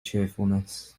cheerfulness